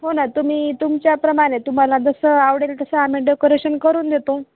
हो ना तुम्ही तुमच्याप्रमाणे तुम्हाला जसं आवडेल तसं आम्ही डेकोरेशन करून देतो